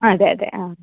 അ അതെ അതെ അ